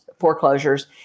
foreclosures